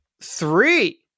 three